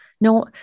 no